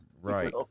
Right